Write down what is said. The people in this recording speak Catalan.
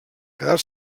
quedar